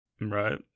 Right